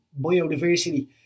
biodiversity